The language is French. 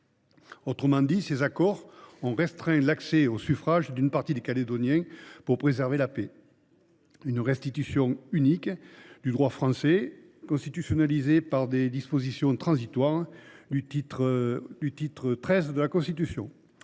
termes, ces accords ont restreint l’accès au suffrage d’une partie des Calédoniens pour préserver la paix. Une restriction unique du droit français, constitutionnalisée par les « dispositions transitoires relatives à la Nouvelle